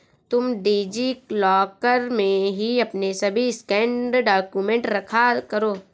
तुम DigiLocker में ही अपने सभी स्कैंड डाक्यूमेंट रखा करो